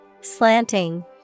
Slanting